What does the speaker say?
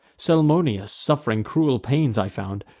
salmoneus, suff'ring cruel pains, i found,